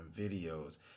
videos